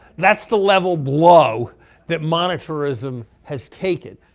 that's the level blow that monetarism has taken.